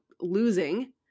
losing